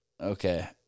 Okay